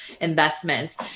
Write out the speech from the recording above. investments